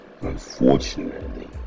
unfortunately